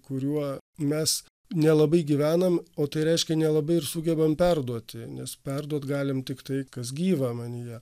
kuriuo nu mes nelabai gyvename o tai reiškia nelabai ir sugebam perduoti nes perduot galim tiktai kas gyva manyje